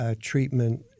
treatment